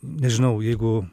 nežinau jeigu